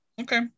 Okay